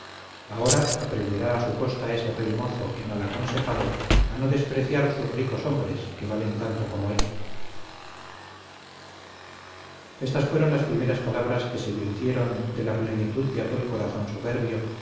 ahora aprenderá a su costa ese rey mozo y mal aconsejado a no despreciar sus ricos hombres que valen tanto como él estas fueron las primeras palabras que se virtieron de la plenitud de aquel corazón soberbio